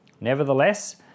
Nevertheless